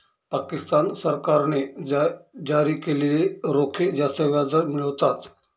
पाकिस्तान सरकारने जारी केलेले रोखे जास्त व्याजदर मिळवतात